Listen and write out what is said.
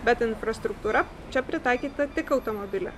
bet infrastruktūra čia pritaikyta tik automobiliams